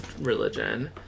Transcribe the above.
religion